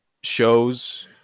shows